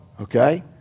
okay